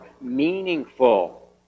meaningful